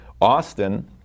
Austin